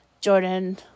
Jordan